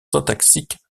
syntaxique